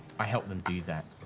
i helped them do that.